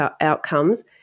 outcomes